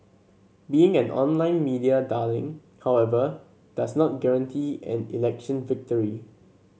being an online media darling however does not guarantee an election victory